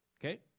Okay